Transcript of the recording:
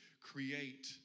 create